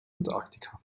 antarktika